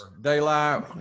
daylight